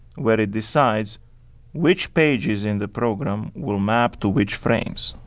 where it decides which pages in the program will map to which frames.